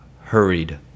hurried